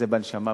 זה בנשמה.